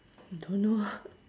don't know